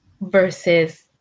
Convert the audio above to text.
versus